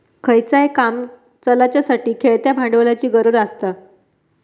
खयचाय काम चलाच्यासाठी खेळत्या भांडवलाची गरज आसता